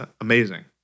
amazing